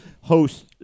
host –